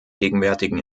gegenwärtigen